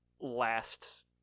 last